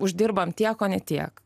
uždirbam tiek o ne tiek